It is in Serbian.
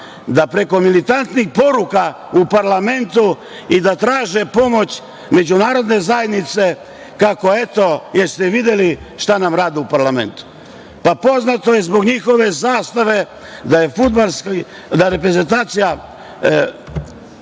da preko militantnih poruka u parlamentu i da traže pomoć međunarodne zajednice kako eto jeste li videli šta nam rade u parlamentu. Poznato je zbog njihove zastave da je reprezentacija